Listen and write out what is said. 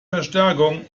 verstärkung